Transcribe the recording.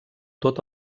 tot